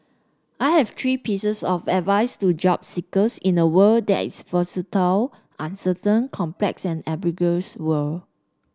I have three pieces of advice to job seekers in a world that is uncertain complex and ambiguous world